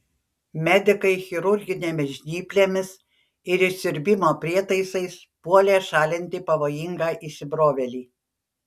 medikai chirurginėmis žnyplėmis ir siurbimo prietaisais puolė šalinti pavojingą įsibrovėlį